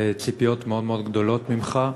ציפיות מאוד מאוד גדולות ממך.